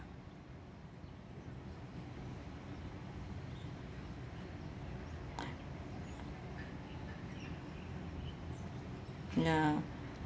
ya